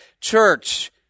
church